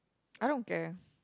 I don't care